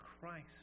Christ